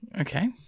Okay